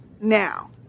now